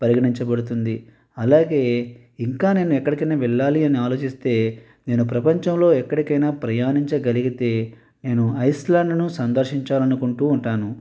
పరిగణించబడుతుంది అలాగే ఇంకా నేను ఎక్కడికన్నా వెళ్ళాలి అని ఆలోచిస్తే నేను ప్రపంచంలో ఎక్కడికైనా ప్రయాణించగలిగితే నేను ఐస్ల్యాండ్ను సందర్శించాలి అనుకుంటూ ఉంటాను